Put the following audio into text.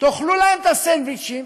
תאכלו להם את הסנדוויצ'ים,